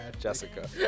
jessica